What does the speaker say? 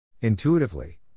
Intuitively